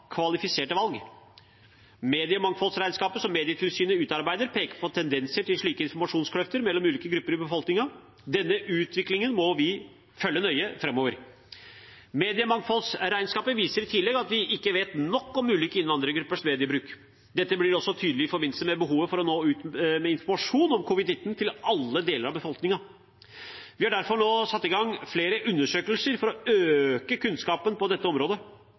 kvalifiserte valg. Mediemangfoldsregnskapet som Medietilsynet utarbeider, peker på tendenser til slike informasjonskløfter mellom ulike grupper i befolkningen. Denne utviklingen må vi følge nøye framover. Mediemangfoldsregnskapet viser i tillegg at vi ikke vet nok om ulike innvandrergruppers mediebruk. Dette ble også tydelig i forbindelse med behovet for å nå ut med informasjon om covid-19 til alle deler av befolkningen. Vi har derfor nå satt i gang flere undersøkelser for å øke kunnskapen på dette området.